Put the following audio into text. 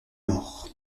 nord